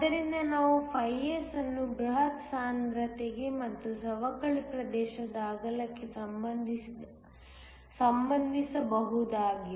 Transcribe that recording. ಆದ್ದರಿಂದ ನಾವು S ಅನ್ನು ಬೃಹತ್ ಸಾಂದ್ರತೆಗೆ ಮತ್ತು ಸವಕಳಿ ಪ್ರದೇಶದ ಅಗಲಕ್ಕೆ ಸಂಬಂಧಿಸಬಹುದಾಗಿದೆ